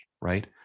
right